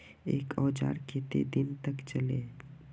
एक औजार केते दिन तक चलते?